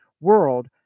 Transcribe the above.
world